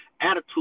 attitude